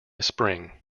spring